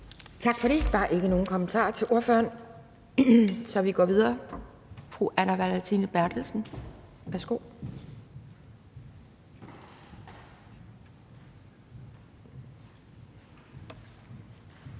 Tak for det. Der er ikke nogen kommentarer til ordføreren. Så vi går videre til fru Anne Valentina Berthelsen. Værsgo.